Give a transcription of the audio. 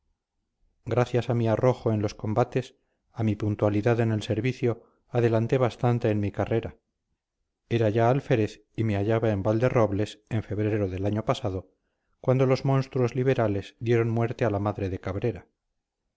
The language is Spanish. gracias a mi arrojo en los combates a mi puntualidad en el servicio adelanté bastante en mi carrera era ya alférez y me hallaba en valderrobles en febrero del año pasado cuando los monstruos liberales dieron muerte a la madre de cabrera